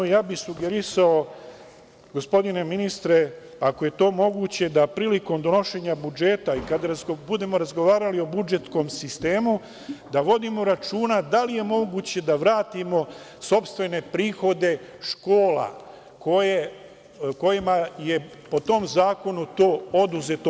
Sugerisao bih, gospodine ministre, ako je to moguće, da prilikom donošenja budžeta, kada budemo razgovarali o budžetskom sistemu, da vodimo računa da li je moguće da vratimo sopstvene prihode škola kojima je po tom zakonu to pravo oduzeto?